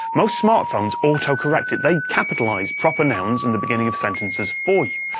most smartphones autocorrect it, they capitalize proper nouns and the beginning of sentences for you.